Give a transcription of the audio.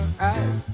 eyes